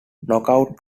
knockout